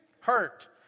hurt